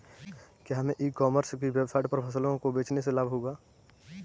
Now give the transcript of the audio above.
क्या हमें e commerce की वेबसाइट पर फसलों को बेचने से लाभ होगा?